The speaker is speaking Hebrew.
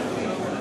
לעבודה.